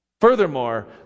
Furthermore